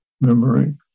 memory